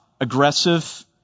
aggressive